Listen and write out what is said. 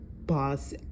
boss